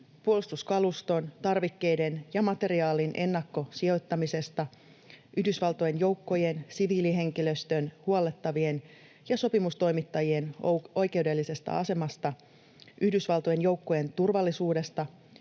puolustuskaluston, tarvikkeiden ja materiaalin ennakkosijoittamisesta, Yhdysvaltojen joukkojen, siviilihenkilöstön, huollettavien ja sopimustoimittajien oikeudellisesta asemasta, Yhdysvaltojen joukkojen turvallisuudesta,